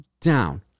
down